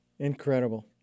Incredible